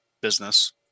business